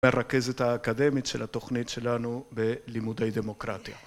מרכזת האקדמית של התוכנית שלנו בלימודי דמוקרטיה.